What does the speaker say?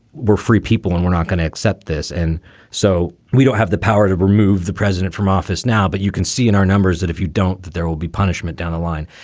we're free people and we're not going to accept this. and so we don't have the power to remove the president from office now. but you can see in our numbers that if you don't, there will be punishment down the line.